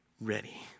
ready